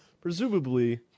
presumably